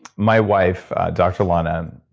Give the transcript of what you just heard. my wife, dr. lana,